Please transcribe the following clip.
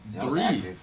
three